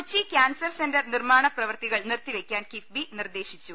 Kochi cancer centre നിർമ്മാണ് പ്രവൃത്തികൾ നിർത്തി വെയ്ക്കാൻ കിഫ്ബി നിർദേശിച്ചു